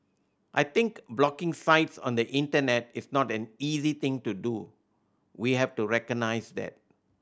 I think blocking sites on the Internet is not an easy thing to do we have to recognise that